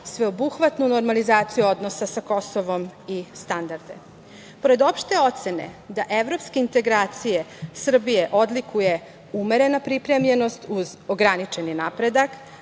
sveobuhvatnu normalizaciju odnosa sa Kosovom i standarde. Pored opšte ocene da evropske integracije Srbije odlikuje umerena pripremljenost uz ograničeni napredak,